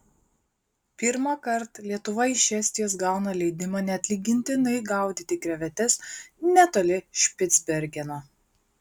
pirmąkart lietuva iš estijos gauna leidimą neatlygintinai gaudyti krevetes netoli špicbergeno